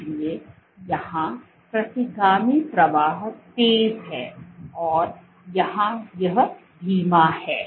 इसलिए यहां प्रतिगामी प्रवाह तेज है और यहां यह धीमा है